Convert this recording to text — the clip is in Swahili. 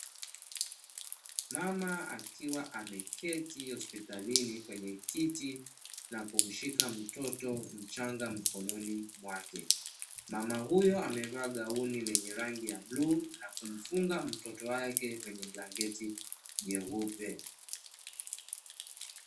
Mama akiwa ame keti hospitalini kwenye kiti na kumshika mtoto mchanga mkononi mwake, mama huyo amevaa gauni lenye rangi ya bluu na kumfunga mtoto wake kwenye blanketi jeupe.